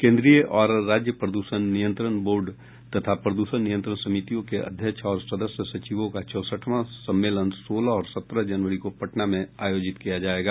केन्द्रीय और राज्य प्रद्षण नियंत्रण बोर्ड तथा प्रद्षण नियंत्रण समितियों के अध्यक्ष और सदस्य सचिवों का चौसठवां सम्मेलन सोलह और सत्रह जनवरी को पटना में आयोजित किया जायेगा